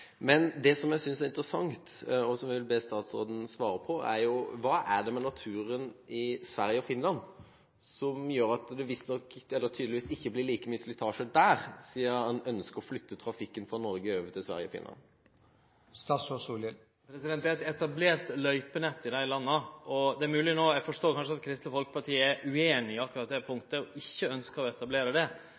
Det som jeg synes er interessant, og som jeg vil be statsråden svare på, er: Hva er det med naturen i Sverige og Finland som gjør at det tydeligvis ikke blir like mye slitasje der, siden han ønsker å flytte trafikken fra Norge og over til Sverige og Finland? Det er eit etablert løypenett i dei landa. Det er mogleg at Kristeleg Folkeparti kanskje er ueinig i akkurat det punktet, og ikkje ønskjer å etablere dette, men vi meiner det